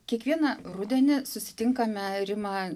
kiekvieną rudenį susitinkame rima